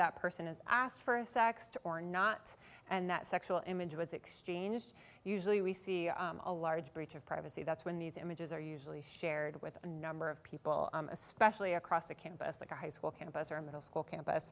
that person is asked for a sex to or not and that sexual images exchanged usually we see a large breach of privacy that's when these images are usually shared with a number of people especially across the campus like a high school campus or a middle school campus